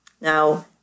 Now